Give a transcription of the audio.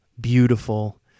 beautiful